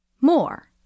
More